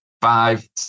five